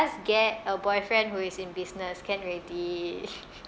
get a boyfriend who is in business can already